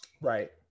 Right